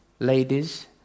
Ladies